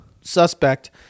suspect